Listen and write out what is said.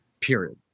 period